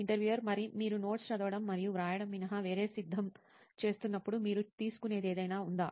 interviewer మరియు మీరు notes చదవడం మరియు వ్రాయడం మినహా వేరే సిద్ధం చేస్తున్నప్పుడు మీరు తీసుకునేది ఏదైనా ఉందా